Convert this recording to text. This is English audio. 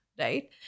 right